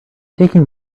taking